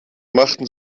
machten